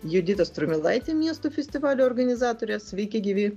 judita strumilaitė miestų festivalio organizatorė sveiki gyvi